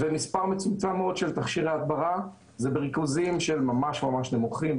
ומספר מצומצם מאוד של תכשירי הדברה זה בריכוזים ממש ממש נמוכים,